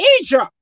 Egypt